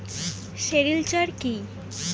Sericulture কি?